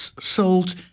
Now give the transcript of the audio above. sold